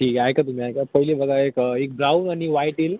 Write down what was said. ठीक आहे ऐका तुम्ही ऐका पहिले बघा एक एक ब्राऊन आणि वाईट येईल